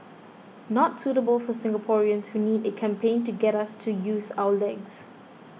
not suitable for Singaporeans who need a campaign to get us to use our legs